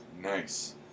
nice